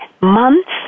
months